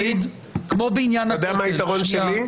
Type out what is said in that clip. כמו בעניין --- אתה יודע מה היתרון שלי?